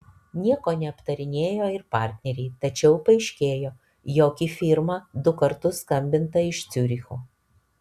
nieko neaptarinėjo ir partneriai tačiau paaiškėjo jog į firmą du kartus skambinta iš ciuricho